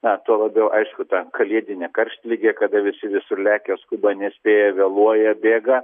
na tuo labiau aišku ta kalėdinė karštligė kada visi visur lekia skuba nespėja vėluoja bėga